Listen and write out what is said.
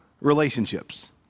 relationships